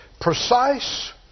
precise